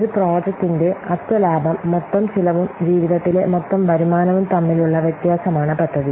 ഒരു പ്രോജക്റ്റിന്റെ അറ്റ ലാഭം മൊത്തം ചെലവും ജീവിതത്തിലെ മൊത്തം വരുമാനവും തമ്മിലുള്ള വ്യത്യാസമാണ് പദ്ധതി